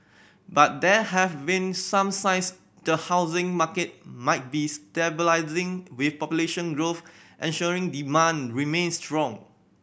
but there have been some signs the housing market might be stabilising with population growth ensuring demand remains strong